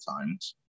times